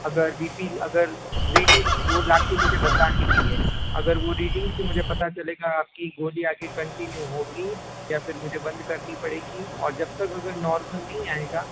अगर B P अगर vary है तो लाकर मुझे बतानी भी है अगर वो रीडिंग से मुझे पता चलेगा आपकी गोली आगे कंटिन्यू होंगी या फिर मुझे बंद करनी पड़ेगी और जब तक अगर नॉर्मल नहीं आएगा